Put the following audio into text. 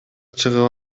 чыгып